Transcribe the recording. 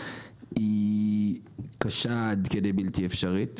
היא קשה עד כדי בלתי אפשרית.